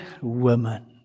woman